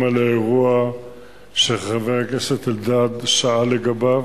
על האירוע שחבר הכנסת אלדד שאל לגביו,